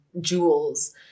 jewels